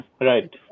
Right